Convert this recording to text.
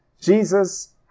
Jesus